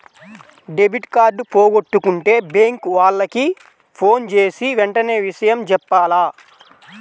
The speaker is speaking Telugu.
డెబిట్ కార్డు పోగొట్టుకుంటే బ్యేంకు వాళ్లకి ఫోన్జేసి వెంటనే విషయం జెప్పాల